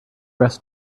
dress